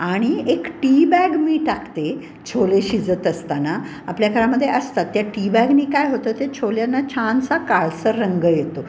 आणि एक tea bag मी टाकते छोले शिजत असताना आपल्या घरामध्ये असतात त्या टी बॅगनी काय होतं ते छोल्यांना छानसा काळसर रंग येतो